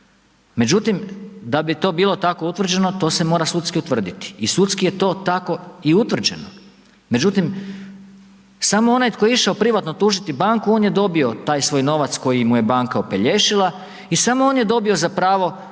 Međutim, da bi to bilo tako utvrđeno to se mora sudski utvrditi i sudski je to tako i utvrđeno. Međutim, samo onaj tko je išao privatno tužiti banku on je dobio taj svoj novac koji mu je banka opelješila i samo on je dobio za pravo